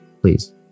please